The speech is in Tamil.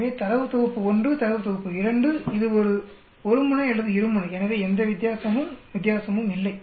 எனவே தரவு தொகுப்பு 1 தரவு தொகுப்பு 2 இது ஒரு முனை அல்லது இறு முனை எனவே எந்த வித்தியாசமும் வித்தியாசமும் இல்லை